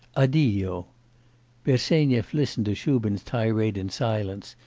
addio bersenyev listened to shubin's tirade in silence,